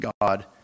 God